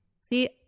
see